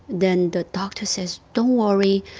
then the doctor says, don't worry.